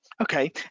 Okay